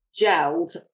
gelled